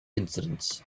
incidents